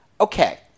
okay